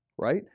right